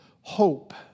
hope